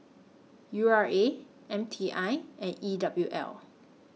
U R A M T I and E W L